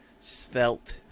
svelte